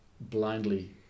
blindly